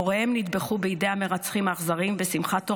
הוריהם נטבחו בידי המרצחים האכזריים בשמחת תורה,